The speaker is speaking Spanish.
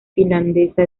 finlandesa